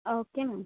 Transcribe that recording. okay ma'am